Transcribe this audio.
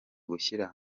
gushyira